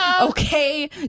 Okay